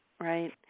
right